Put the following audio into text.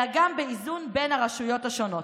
אלא גם באיזון בין הרשויות השונות.